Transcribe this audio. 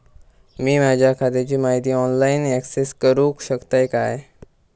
मी माझ्या खात्याची माहिती ऑनलाईन अक्सेस करूक शकतय काय?